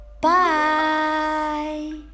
Bye